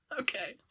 Okay